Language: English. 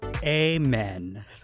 amen